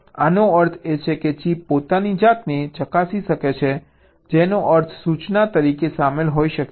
આનો અર્થ એ છે કે ચિપ પોતાની જાતને ચકાસી શકે છે જેનો અર્થ સૂચના તરીકે શામેલ હોઈ શકે છે